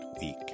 week